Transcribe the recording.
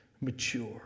mature